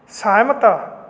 ਸਹਿਮਤ